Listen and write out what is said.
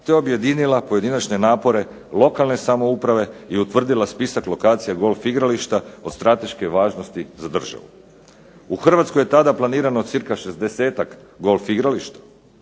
te objedinila pojedinačne napore lokalne samouprave i utvrdila spisak lokacija golf igrališta od strateške važnosti za državu. U Hrvatskoj je tada planirano cca 60-tak golf igrališta.